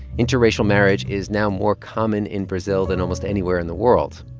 interracial marriage is now more common in brazil than almost anywhere in the world.